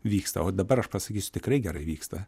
vyksta o dabar aš pasakysiu tikrai gerai vyksta